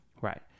Right